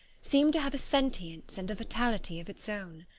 seemed to have a sentience and a vitality of its own.